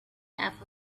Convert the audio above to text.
act